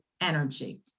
energy